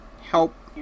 help